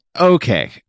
Okay